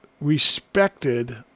respected